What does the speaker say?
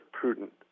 prudent